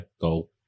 goal